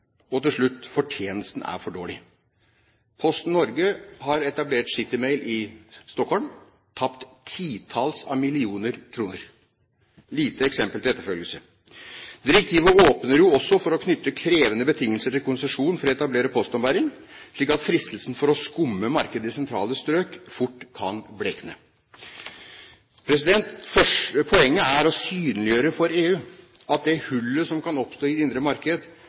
for dårlig. Posten Norge har etablert CityMail i Stockholm og har tapt titalls millioner kroner – et dårlig eksempel til etterfølgelse. Direktivet åpner jo også for å knytte krevende betingelser til konsesjonen for å etablere postombæring, slik at fristelsen til å skumme markedet i sentrale strøk fort kan blekne. Poenget er å synliggjøre for EU at det hullet som kan oppstå i det indre marked,